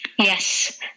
Yes